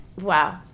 Wow